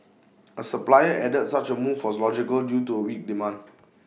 A supplier added such A move was logical due to A weak demand